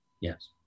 Yes